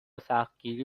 سختگیری